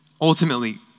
ultimately